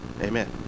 Amen